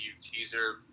teaser